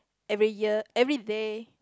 every year everyday